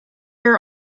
are